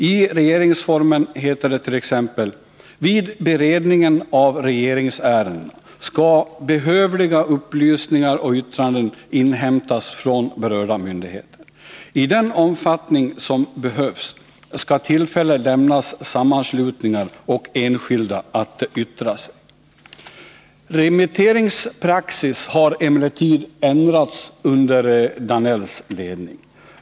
I regeringsformen heter det t.ex.: ”Vid beredningen av regeringsärenden skall behövliga upplysningar och yttranden inhämtas från berörda myndigheter. I den omfattning som behövs skall tillfälle lämnas sammanslutningar och enskilda att yttra sig.” Remitteringspraxis har emellertid ändrats under Georg Danells ledning.